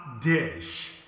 dish